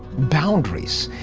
boundaries.